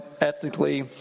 ethnically